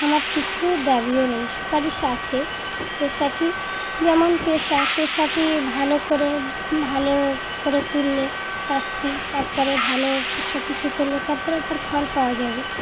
আমার কিছু দাবিও নেই সুপারিশ আছে পেশাটি যেমন পেশা পেশাটি ভালো করে ভালো করে তুললে কাজটি তারপরে ভালো পেশা কিছু করলে তারপরে তার ফল পাওয়া যাবে